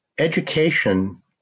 Education